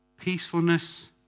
Peacefulness